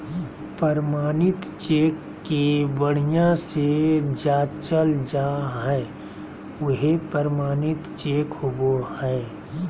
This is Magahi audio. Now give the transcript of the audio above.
प्रमाणित चेक के बढ़िया से जाँचल जा हइ उहे प्रमाणित चेक होबो हइ